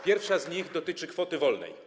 Pierwsza z nich dotyczy kwoty wolnej.